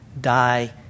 die